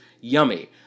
Yummy